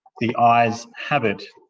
the ayes have it.